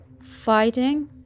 fighting